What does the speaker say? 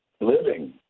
living